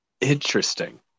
Interesting